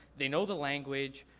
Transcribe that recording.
they know the language.